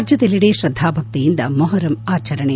ರಾಜ್ಯದೆಲ್ಲೆಡೆ ಶ್ರದ್ದಾಭಕ್ತಿಯಿಂದ ಮೊಹರಂ ಆಚರಣೆ